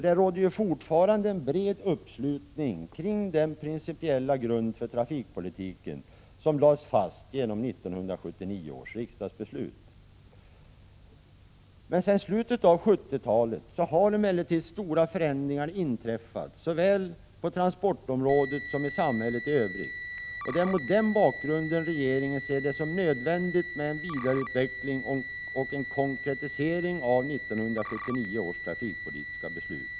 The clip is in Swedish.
Det råder ju fortfarande bred uppslutning kring den principiella grund för trafikpolitiken som lades fast genom 1979 års riksdagsbeslut. Sedan slutet av 1970-talet har emellertid stora förändringar inträffat såväl på transportområdet som i samhället i övrigt, och det är mot den bakgrunden regeringen anser det vara nödvändigt att erhålla en vidareutveckling och konkretisering av 1979 års trafikpolitiska beslut.